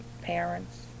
parents